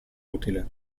utile